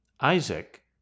Isaac